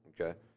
okay